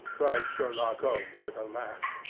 cried sherlock holmes with a laugh.